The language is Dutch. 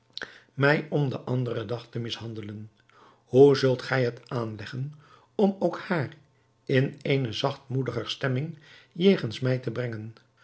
mij om den anderen dag te mishandelen hoe zult gij het aanleggen om ook haar in eene zachtmoediger stemming jegens mij te brengen